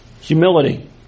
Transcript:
Humility